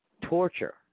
torture